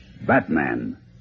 Batman